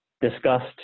discussed